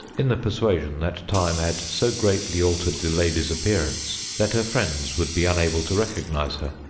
in the persuasion that time had so greatly altered the lady's appearance that her friends would be unable to recognize her.